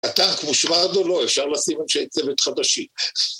אתה כמו שווארדו לא, אפשר לשים אנשי צוות חדשי.